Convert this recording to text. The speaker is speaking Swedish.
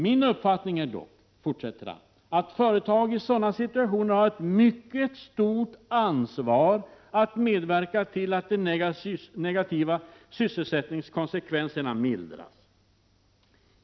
Min uppfattning är dock att företag i sådana situationer har ett mycket stort ansvar att medverka till att de negativa sysselsättningskonsekvenserna mildras.